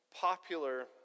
popular